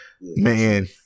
Man